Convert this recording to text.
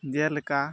ᱡᱮᱞᱮᱠᱟ